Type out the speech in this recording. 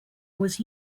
was